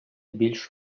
більш